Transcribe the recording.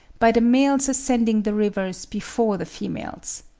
by the males ascending the rivers before the females.